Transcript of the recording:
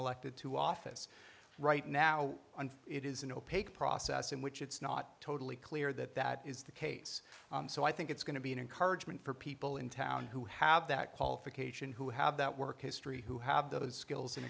elected to office right now and it is an opaque process in which it's not totally clear that that is the case so i think it's going to be an encouragement for people in town who have that qualification who have that work history who have those skills and